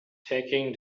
taking